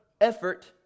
effort